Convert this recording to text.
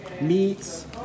meats